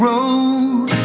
Road